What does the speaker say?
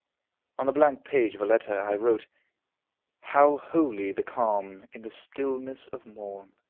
on the blank page of a letter, i wrote how holy the calm, in the stillness of morn,